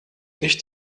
nicht